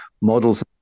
models